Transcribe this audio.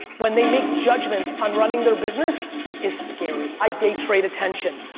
when they make judgments on running their business is scary. i day trade attention.